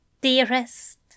dearest